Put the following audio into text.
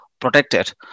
protected